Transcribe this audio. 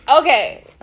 Okay